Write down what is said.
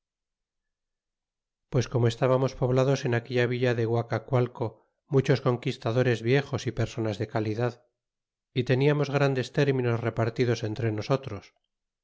pues como estábamos poblados en aquella villa de guacacualco muchos conquistadores viejos y personas de calidad y teniamos grandes términos repartidos entre nosotros